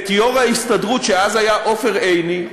את יושב-ראש ההסתדרות דאז עופר עיני,